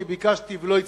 כי ביקשתי ולא הצלחתי,